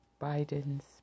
Biden's